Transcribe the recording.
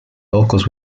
vocals